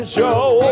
Show